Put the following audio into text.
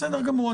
בסדר גמור.